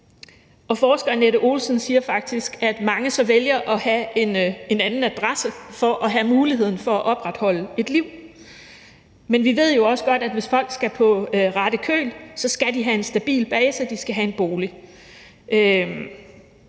forsker Annette Olesen siger faktisk, at mange så vælger at have en anden adresse for at have muligheden for at opretholde et liv. Men vi ved jo også godt, at folk, hvis de skal på ret køl, skal have en stabil base, og at de skal have en bolig,